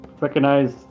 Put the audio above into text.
recognize